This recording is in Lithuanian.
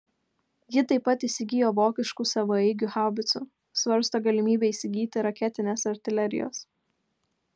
ji taip pat įsigijo vokiškų savaeigių haubicų svarsto galimybę įsigyti raketinės artilerijos